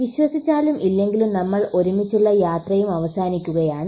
വിശ്വസിച്ചാലും ഇല്ലെങ്കിലും നമ്മൾ ഒരുമിച്ചുള്ള യാത്രയും അവസാനിക്കുകയാണ്